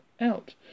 out